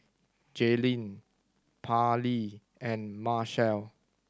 Jaylene Parlee and Marshall